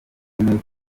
politiki